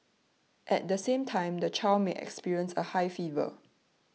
at the same time the child may experience a high fever